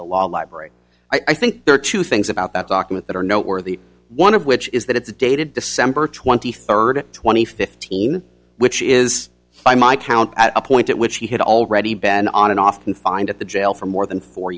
the law library i think there are two things about that document that are no or the one of which is that it's dated december twenty third twenty fifteen which is by my count at a point at which he had already been on an often find at the jail for more than four